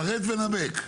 פרט ונמק.